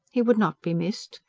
he would not be missed.